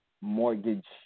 mortgage